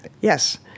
yes